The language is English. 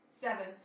seven